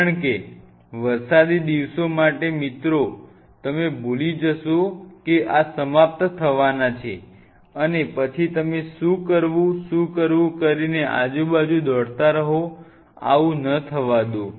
કારણ કે વરસાદી દિવસો માટે મિત્રો તમે ભૂલી જશો કે આ સમાપ્ત થવાના છે અને પછી તમે શું કરવું શું કરવું કરીને આજુબાજુ દોડતા રહો છો આવું ન થવા દો